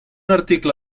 article